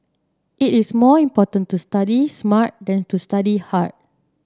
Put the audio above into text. it is more important to study smart than to study hard